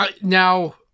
Now